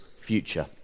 future